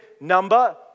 number